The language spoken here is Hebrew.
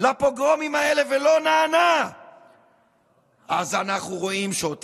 חילק בשירות המדינה, שוב,